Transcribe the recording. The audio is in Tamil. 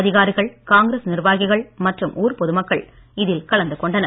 அதிகாரிகள் காங்கிரஸ் நிர்வாகிகள் மற்றும் ஊர் பொதுமக்கள் இதில் கலந்து கொண்டனர்